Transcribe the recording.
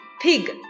pig